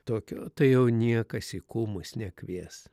tokio tai jau niekas į kūmus nekvies